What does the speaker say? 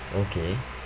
okay